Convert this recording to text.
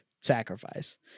sacrifice